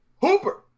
Hooper